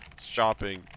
shopping